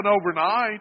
overnight